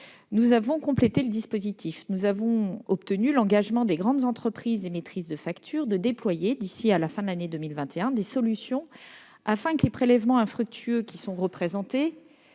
prenantes. En février dernier, nous avons obtenu l'engagement des grandes entreprises émettrices de factures de déployer d'ici à la fin de l'année 2021 des solutions, afin que les prélèvements infructueux représentés-